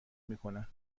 میکنن